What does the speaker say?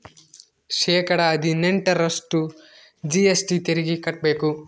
ಶೇಕಡಾ ಹದಿನೆಂಟರಷ್ಟು ಜಿ.ಎಸ್.ಟಿ ತೆರಿಗೆ ಕಟ್ಟ್ಬೇಕು